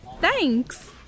Thanks